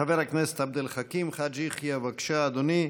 חבר הכנסת עבד אל חכים חאג' יחיא, בבקשה, אדוני.